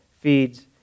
feeds